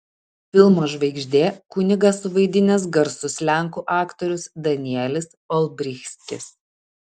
filmo žvaigždė kunigą suvaidinęs garsus lenkų aktorius danielis olbrychskis